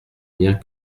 miens